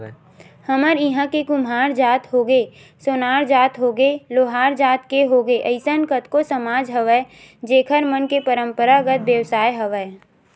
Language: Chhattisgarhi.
हमर इहाँ के कुम्हार जात होगे, सोनार जात होगे, लोहार जात के होगे अइसन कतको समाज हवय जेखर मन के पंरापरागत बेवसाय हवय